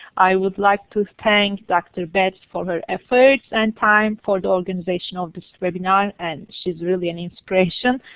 i would like to thank dr. betts for her efforts and time for the organization of this webinar, and she's really an inspiration.